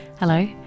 Hello